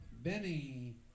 Benny